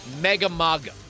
mega-maga